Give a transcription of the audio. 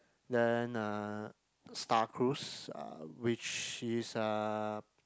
then uh Star Cruise uh which is uh